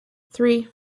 three